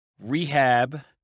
rehab